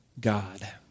God